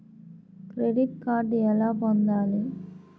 Credit card ఎలా పొందాలి?